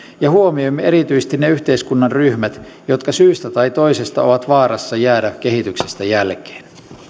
ja huomioimme erityisesti ne yhteiskunnan ryhmät jotka syystä tai toisesta ovat vaarassa jäädä kehityksestä jälkeen